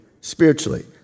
spiritually